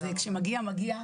אז כשמגיע, מגיע.